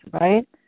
right